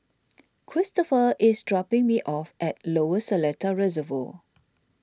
Kristopher is dropping me off at Lower Seletar Reservoir